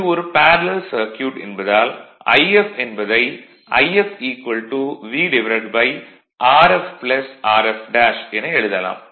இது ஒரு parallel circuit என்பதால் If என்பதை If VRf Rf என எழுதலாம்